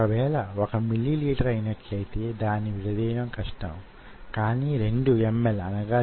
అవి ఈ రోజున చాలా తరచుగా వాడుకలో ఉన్నవి